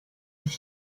des